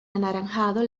anaranjado